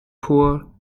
poor